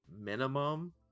Minimum